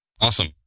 Awesome